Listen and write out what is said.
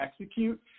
execute